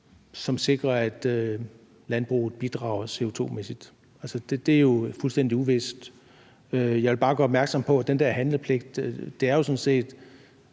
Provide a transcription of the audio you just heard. som sikrer, at landbruget bidrager CO2-mæssigt. Altså, det er jo fuldstændig uvist. Jeg vil bare gøre opmærksom på den der handlepligt, for sådan set